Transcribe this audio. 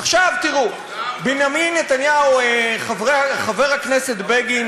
עכשיו תראו, בנימין נתניהו, חבר הכנסת בגין